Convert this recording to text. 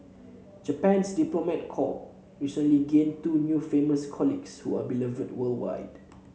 Japan's diplomat corp recently gained two new famous colleagues who are beloved worldwide